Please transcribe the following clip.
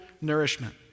nourishment